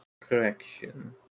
Correction